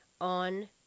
on